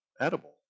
edible